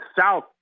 South